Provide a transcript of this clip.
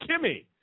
Kimmy